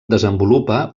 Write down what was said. desenvolupa